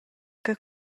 che